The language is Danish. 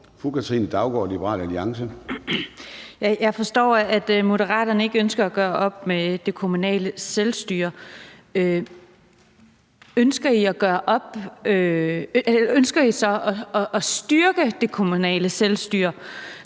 Katrine Daugaard (LA): Jeg forstår, at Moderaterne ikke ønsker at gøre op med det kommunale selvstyre. Ønsker I så at styrke det kommunale selvstyre?